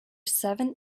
seven